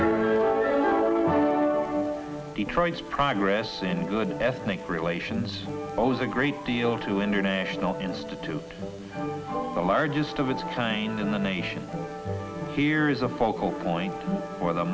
where detroit's progress in good ethnic relations owes a great deal to international institute the largest of its kind in the nation here is a focal point for the